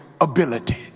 ability